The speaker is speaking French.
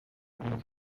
rouge